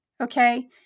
okay